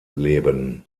leben